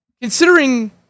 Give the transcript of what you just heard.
Considering